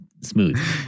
Smooth